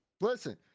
Listen